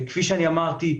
כפי שאמרתי,